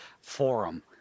forum